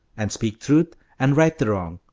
and speak truth, and right the wrong.